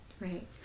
Right